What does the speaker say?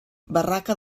barraca